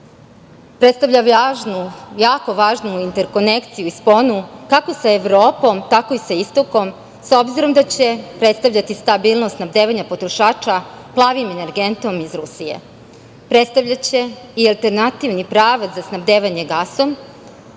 Predstavlja jako važnu interkonekciju i sponu kako sa Evropom, tako i sa istokom, s obzirom da će predstavljati stabilnost snabdevanja potrošača „plavim energentom“ iz Rusije. Predstavljaće i alternativni pravac za snabdevanje gasom.